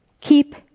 Keep